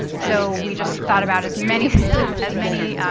so we just thought about as many as many